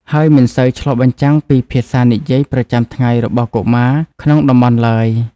ហើយមិនសូវឆ្លុះបញ្ចាំងពីភាសានិយាយប្រចាំថ្ងៃរបស់កុមារក្នុងតំបន់ឡើយ។